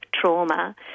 trauma